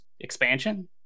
expansion